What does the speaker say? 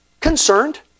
concerned